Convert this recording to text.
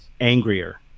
angrier